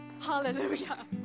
hallelujah